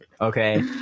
Okay